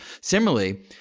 Similarly